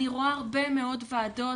אני רואה הרבה מאוד ועדות,